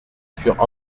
furent